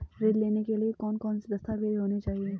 ऋण लेने के लिए कौन कौन से दस्तावेज होने चाहिए?